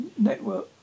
network